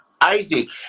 Isaac